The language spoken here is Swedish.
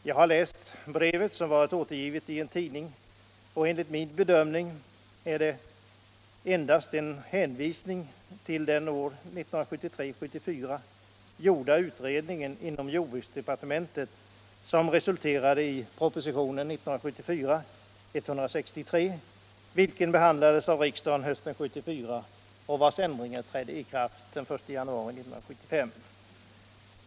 Jag har läst brevet, som varit återgivet i en tidning, och enligt min bedömning är det endast en hänvisning till den år 1973-1974 gjorda utredningen inom jordbruksdepartementet, som resulterade i propositionen 163 år 1974. Denna proposition behandlades av riksdagen hösten 1974, och de därvid beslutade ändringarna trädde i kraft den 1 januari 1975.